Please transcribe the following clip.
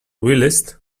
whilst